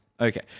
Okay